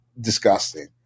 disgusting